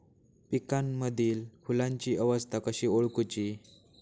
पिकांमदिल फुलांची अवस्था कशी ओळखुची?